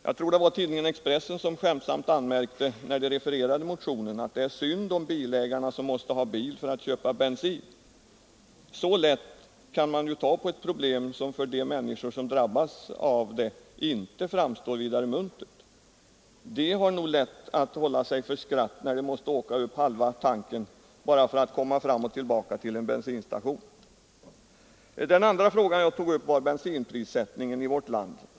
Jag tror att det var tidningen Expressen som skämtsamt anmärkte när man refererade motionen, att det är synd om bilägarna som måste ha bil för att köpa bensin. Så lätt kan man ta på ett problem som för de människor som drabbas av det inte framstår som vidare muntert. De har nog lätt att hålla sig för skratt när de måste åka upp halva tanken bara för att komma fram och tillbaka till en bensinstation. Den andra frågan jag tog upp var bensinprissättningen i vårt land.